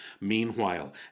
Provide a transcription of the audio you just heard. Meanwhile